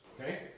Okay